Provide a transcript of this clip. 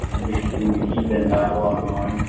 make sure we keep that dialogue going.